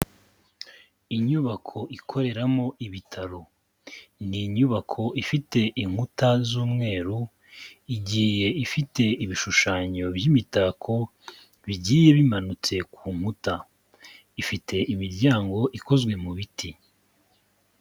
Inyubako ikoreramo ibitaro. Ni inyubako ifite inkuta z'umweru, igiye ifite ibishushanyo by'imitako bigiye bimanutse ku nkuta. Ifite imiryango ikozwe mu biti.